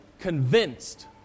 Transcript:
convinced